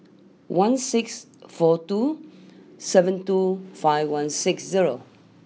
one six four two seven two five one six zero